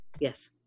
Yes